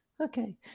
Okay